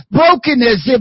brokenness